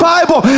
Bible